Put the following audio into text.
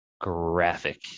graphic